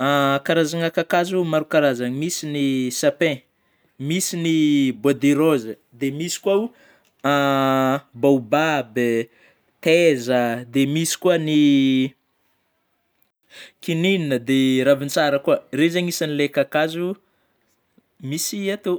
karazagna kakazo, maro karazagna misy ny sapin ,misy ny bois de rose, dia misy kôa oh baobab, teiza ah dia misy koa ny kininina de ravintsara koa, regny zany isan'ilay kakazo misy atô.